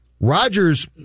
Rodgers